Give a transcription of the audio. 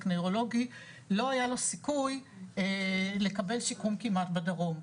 נוירולוגי לא היה לו סיכוי לקבל שיקום כמעט בדרום,